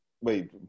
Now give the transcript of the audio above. wait